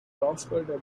offered